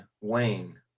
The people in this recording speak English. Wayne